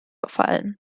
verfallen